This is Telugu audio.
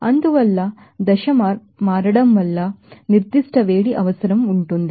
అందువల్ల దశ మారడం వల్ల కాన్స్టాంట్ హీట్ అవసరం ఉంటుంది